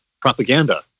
Propaganda